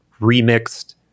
remixed